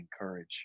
encourage